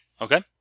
Okay